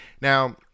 Now